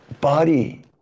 body